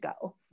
go